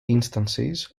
instances